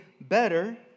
better